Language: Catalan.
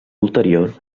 ulterior